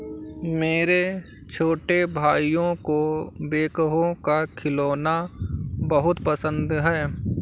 मेरे छोटे भाइयों को बैकहो का खिलौना बहुत पसंद है